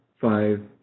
five